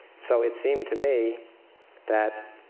so it seemed to me that